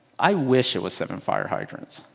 i wish it was seven fire hydrants.